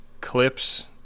clips